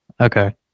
Okay